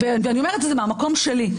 ואני אומרת את זה מהמקום שלי.